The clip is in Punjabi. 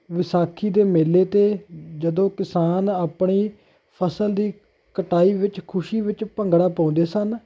ਵਿਸਾਖੀ ਦੇ ਮੇਲੇ ਤੇ ਜਦੋਂ ਕਿਸਾਨ ਆਪਣੀ ਫ਼ਸਲ ਦੀ ਕਟਾਈ ਵਿੱਚ ਖੁਸ਼ੀ ਵਿੱਚ ਭੰਗੜਾ ਪਾਉਂਦੇ ਸਨ